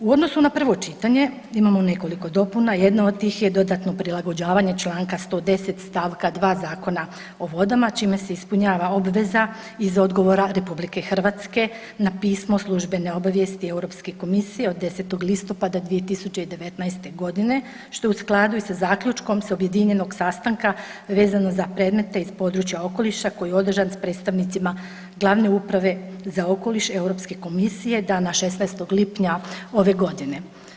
U odnosu na prvo čitanje imamo nekoliko dopuna, jedna od tih je dodatno prilagođavanje čl. 110. st. 2. Zakona o vodama čime se ispunjava obveza iz odgovora RH na pismo službene obavijesti Europske komisije od 10. listopada 2019.g., što je u skladu i sa zaključkom s objedinjenog sastanka vezano za predmete iz područja okoliša koji je održan s predstavnicima glavne uprave za okoliš Europske komisije dana 16. lipnja ove godine.